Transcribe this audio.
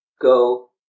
go